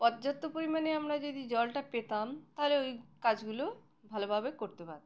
পর্যাপ্ত পরিমাণে আমরা যদি জলটা পেতাম তাহলে ওই কাজগুলো ভালোভাবে করতে পারতাম